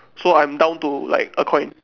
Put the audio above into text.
so I'm down to like a coin